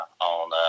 on